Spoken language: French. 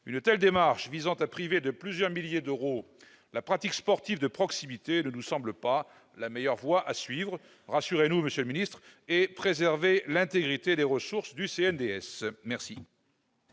Une telle démarche visant à priver de plusieurs milliers d'euros la pratique sportive de proximité ne nous semble pas la meilleure voie à suivre. Rassurez-nous, monsieur le secrétaire d'État, et préservez l'intégrité des ressources du CNDS !